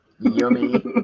yummy